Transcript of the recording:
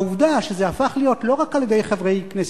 והעובדה שזה הפך להיות לא רק על-ידי חברי כנסת: